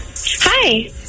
Hi